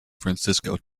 francisco